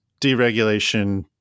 deregulation